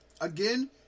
Again